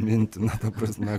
mintį na ta prasme